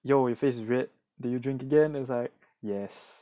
yo your face red did you drink again it's like yes